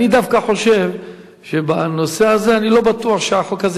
דווקא בנושא הזה אני לא בטוח שהחוק הזה